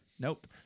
Nope